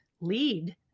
lead